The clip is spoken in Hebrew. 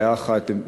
בבעיה אחת,